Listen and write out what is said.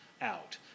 out